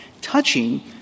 touching